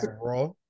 Raw